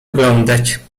oglądać